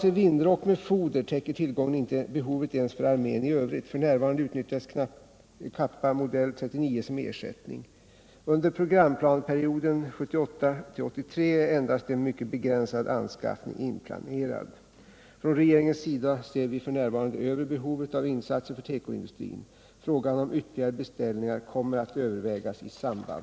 rioden 1978-1983 är endast en mycket begränsad ånskaffning inplanerad.